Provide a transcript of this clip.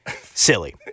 Silly